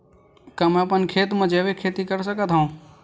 का मैं अपन खेत म जैविक खेती कर सकत हंव?